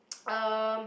uh